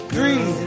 Three